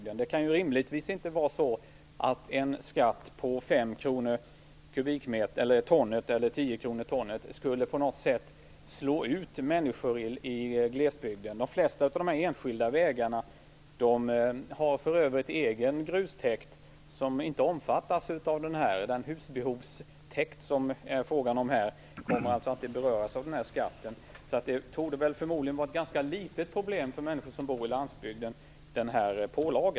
Det kan inte rimligtvis vara så att en skatt på 5 kr per kubikmeter eller 10 kr per ton på något sätt skulle slå ut människor i glesbygden. Till de flesta av dessa enskilda vägar hör för övrigt en egen grustäkt som inte omfattas av det här. Den husbehovstäkt som det är fråga om här kommer alltså inte att beröras av den här skatten. Den här pålagan torde alltså vara ett ganska litet problem för människor som bor på landsbygden.